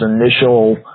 initial